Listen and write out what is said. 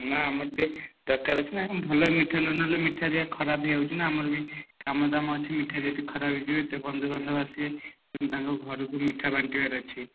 ନା ଆମର ଟିକିଏ ଦରକାର ଅଛି ନା ଭଲମିଠା ନନେଲେ ମିଠା ହେରିକା ଖରାପ ହେଇଯାଉଛି ନା ଆମର ବି କାମଦାମ ଅଛି ମିଠା ଯଦି ଖରାପହେଇଯିବ ଏତେ ବନ୍ଧୁବାନ୍ଧବ ଆସିବେ ପୁଣି ତାଙ୍କ ଘରକୁ ମିଠା ବାଣ୍ଟିବାର ଅଛି